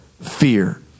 fear